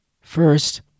First